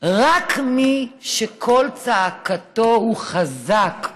רק מי שקול צעקתו הוא חזק,